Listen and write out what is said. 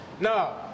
no